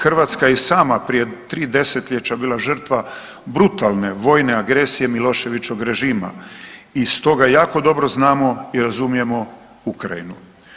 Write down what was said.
Hrvatska je i sama prije 3 desetljeća bila žrtva brutalne vojne agresije Miloševićevog režima i stoga jako dobro znamo i razumijemo Ukrajinu.